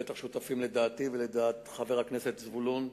בטח שותפים לדעתי ולדעת חבר הכנסת זבולון אורלב,